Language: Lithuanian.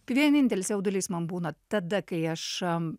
vienintelis jaudulys man būna tada kai aš am